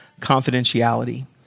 confidentiality